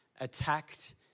attacked